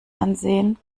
ansehen